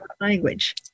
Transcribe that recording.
language